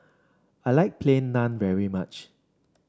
I like Plain Naan very much